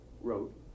wrote